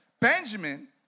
Benjamin